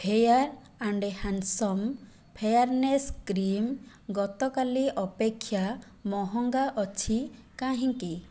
fair and handsome fairness cream ଗତକାଲି ଅପେକ୍ଷା ମହଙ୍ଗା ଅଛି କାହିଁକି